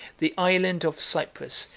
the island of cyprus,